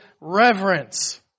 reverence